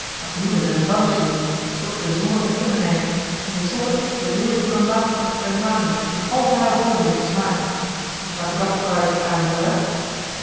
wat joelen en een dansje doen totdat de zonne ter kimme neigt om ten slotte de weelde van een watertochtje bij maanlicht in al hare volheid te smaken hoe staat u dat vooruitzicht aan